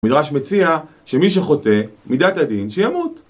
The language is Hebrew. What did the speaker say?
מדרש מציע שמי שחוטא מידת הדין שימות